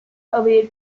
away